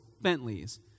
Bentleys